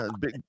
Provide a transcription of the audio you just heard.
big